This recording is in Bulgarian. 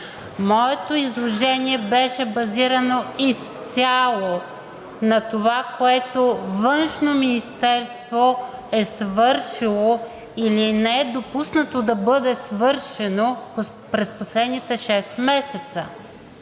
Моето изложение беше базирано изцяло на това, което Външното министерство е свършило или не е допуснато да бъде свършено през последните шест месеца.